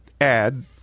add